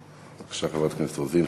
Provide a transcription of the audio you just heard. בבקשה, חברת הכנסת רוזין.